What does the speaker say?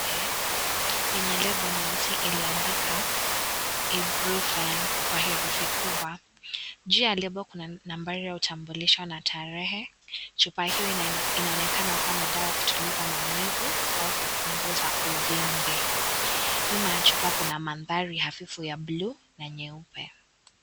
Lenye lebo nyeusi iliyoandikwa IBUPROFEN kwa herufi kubwa, juu ya lebo kuna nambari ya utambulisho na tarehe. Chupa hiyo inaonekana kuwa na dawa ya kutuliza maumivu au kupunguza uvimbe. nyuma ya chupa kuna mandhari hafifu ya blue na nyeupe.